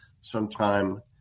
sometime